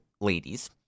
ladies